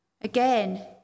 Again